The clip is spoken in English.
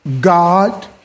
God